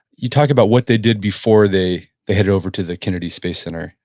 you talk about what they did before they they headed over to the kennedy space center.